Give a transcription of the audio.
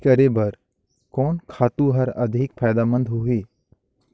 खेती करे बर कोन खातु हर अधिक फायदामंद होही?